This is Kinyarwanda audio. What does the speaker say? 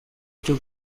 cyo